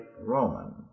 Roman